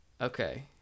Okay